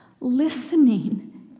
listening